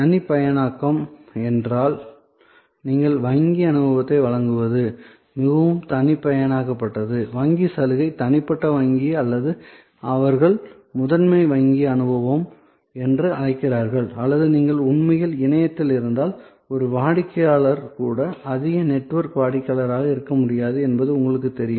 தனிப்பயனாக்கம் என்றால் நீங்கள் வங்கி அனுபவத்தை வழங்குவது மிகவும் தனிப்பயனாக்கப்பட்டது வங்கிச் சலுகை தனிப்பட்ட வங்கி அல்லது அவர்கள் முதன்மை வங்கி அனுபவம் என்று அழைக்கிறார்கள் அல்லது நீங்கள் உண்மையில் இணையத்தில் இருந்தால் ஒரு வாடிக்கையாளர் கூட அதிக நெட்வொர்க் வாடிக்கையாளராக இருக்க முடியாது என்பது உங்களுக்குத் தெரியும்